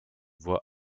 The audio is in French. voie